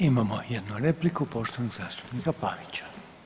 Imamo jednu repliku poštovanog zastupnika Pavića.